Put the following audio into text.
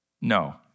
No